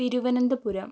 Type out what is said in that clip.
Thiruvananthapuram